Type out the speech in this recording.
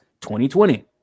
2020